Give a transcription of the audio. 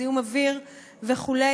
זיהום אוויר וכו'.